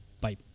Bye